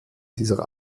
dieser